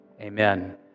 Amen